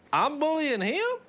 i'm bullying him!